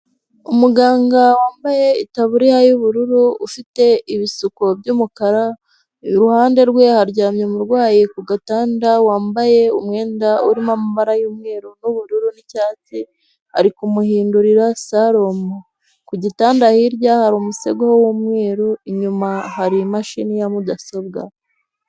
Umuganga wambaye itaburiya y'ubururu ufite ibisuko by'umukara, iruhande rwe haryamye umurwayi ku gatanda wambaye umwenda urimo amabara y'umweru n'ubururu n'icyatsi ari kumuhindurira sarumu, ku gitanda hirya hari umusego w'umweru, inyuma hari imashini ya mudasobwa.